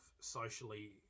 socially